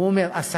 הוא אומר: השקיות,